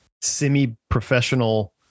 semi-professional